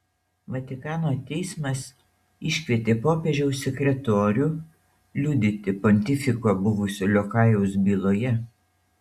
vatikano teismas iškvietė popiežiaus sekretorių liudyti pontifiko buvusio liokajaus byloje